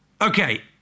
Okay